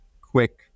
quick